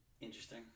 Interesting